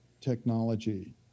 technology